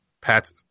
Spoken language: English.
Pat's